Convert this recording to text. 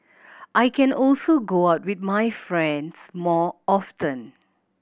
I can also go out with my friends more often